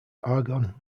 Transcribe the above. argon